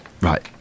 Right